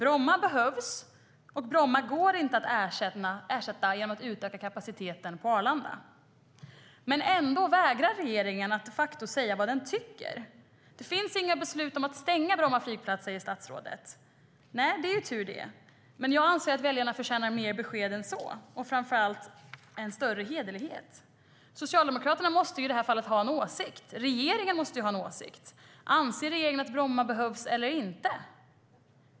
Bromma flygplats behövs och går inte att ersätta genom att man utökar kapaciteten på Arlanda flygplats. Men ändå vägrar regeringen att säga vad man tycker. Det finns inga beslut om att stänga Bromma flygplats, säger statsrådet. Nej, det är tur. Men jag anser att väljarna förtjänar mer besked än så och framför allt en större hederlighet. Socialdemokraterna måste ha en åsikt i detta fall, och regeringen måste ha en åsikt. Anser regeringen att Bromma flygplats behövs eller inte?